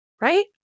Right